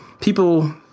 people